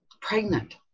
pregnant